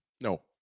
No